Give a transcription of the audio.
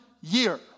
year